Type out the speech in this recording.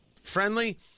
Friendly